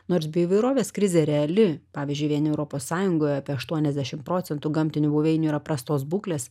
nors bio įvairovės krizė reali pavyzdžiui vien europos sąjungoje apie aštuoniasdešimt procentų gamtinių buveinių yra prastos būklės